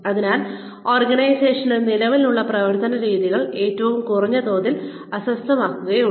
അതിനാൽ ഓർഗനൈസേഷനിൽ നിലവിലുള്ള പ്രവർത്തനരീതികൾ ഏറ്റവും കുറഞ്ഞ തോതിൽ അസ്വസ്ഥമാകുകയൊള്ളു